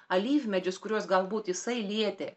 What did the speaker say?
alyvmedžius kuriuos galbūt jisai lietė